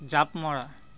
জাঁপ মৰা